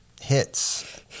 hits